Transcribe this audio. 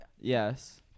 Yes